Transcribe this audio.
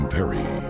Perry